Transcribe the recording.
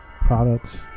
products